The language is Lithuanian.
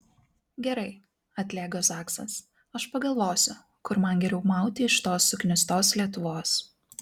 gerai atlėgo zaksas aš pagalvosiu kur man geriau mauti iš tos suknistos lietuvos